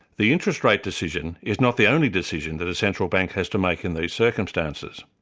the interest rate decision is not the only decision that a central bank has to make in these circumstances.